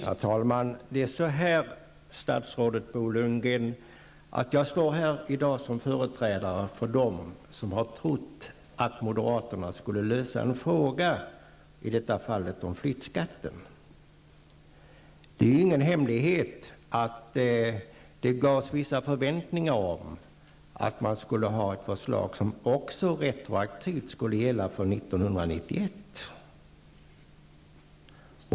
Herr talman! Det är på det sättet, statsrådet Bo Lundgren, att jag i dag står här som företrädare för dem som har trott att moderaterna skulle lösa en fråga, i detta fall frågan om flyttskatten. Det är ju ingen hemlighet att det gavs vissa förväntningar om att moderaterna skulle ha ett förslag som också retroaktivt skulle gälla för 1991.